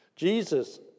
Jesus